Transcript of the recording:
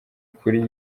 kuri